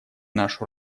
нашу